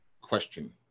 question